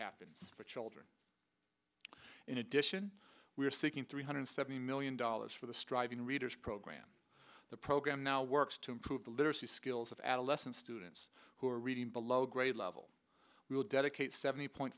happens for children in addition we are seeking three hundred seventy million dollars for the striving readers program the program now works to improve the literacy skills of adolescents students who are reading below grade level we will dedicate seventy point